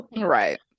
Right